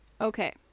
Okay